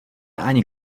ani